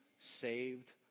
Saved